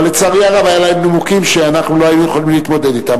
אבל לצערי הרב היו להם נימוקים שלא היינו יכולים להתמודד אתם.